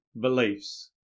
beliefs